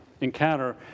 encounter